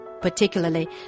Particularly